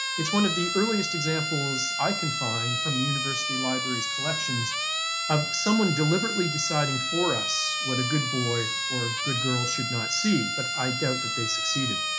it's one of the earliest examples i can find from the university library's collections of someone deliberately deciding for us what a good boy or a good girl should not see, but i doubt that they succeeded.